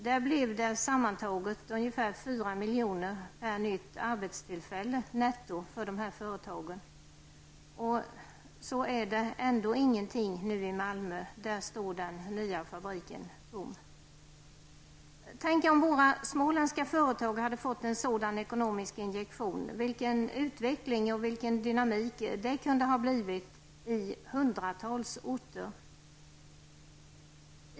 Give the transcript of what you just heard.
Där blev det sammanlagt ungefär 4 milj.kr. per nytt arbetstillfälle netto för de företagen. Och så är det ändå ingenting i Malmö. Där står den nya trafiken -- tom! Tänk om våra småländska företag hade fått en sådan ekonomisk injektion -- vilken utveckling och vilken dynamik det kunde ha blivit i hundratals orter!